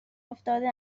افتاده